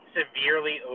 severely